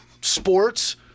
sports